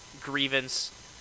grievance